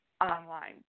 online